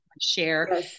share